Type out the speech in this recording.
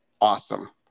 awesome